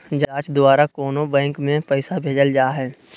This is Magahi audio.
जाँच द्वारा कोनो बैंक में पैसा भेजल जा हइ